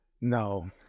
No